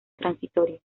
transitorio